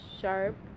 sharp